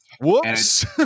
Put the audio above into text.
Whoops